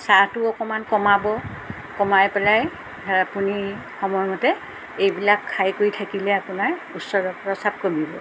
চাহটো অকণমান কমাব কমাই পেলাই আপুনি সময়মতে এইবিলাক খাই কৰি থাকিলে আপোনাৰ উচ্চ ৰক্তচাপ কমিব